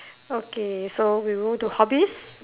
okay so we move to hobbies